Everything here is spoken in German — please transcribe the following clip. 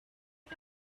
die